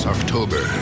October